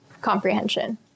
comprehension